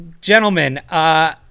gentlemen